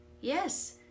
Yes